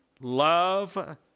Love